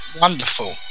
Wonderful